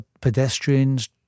pedestrians